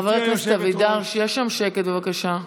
חבר הכנסת אבידר, שיהיה שם שקט, בבקשה.